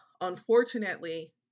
unfortunately